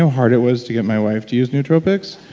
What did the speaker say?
hard it was to get my wife to use nootropics?